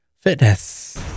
fitness